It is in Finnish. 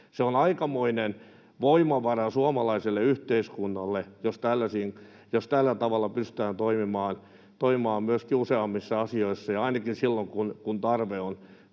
Se on aikamoinen voimavara suomalaiselle yhteiskunnalle, jos tällä tavalla pystytään toimimaan myöskin useammissa asioissa, ainakin silloin kun tarve on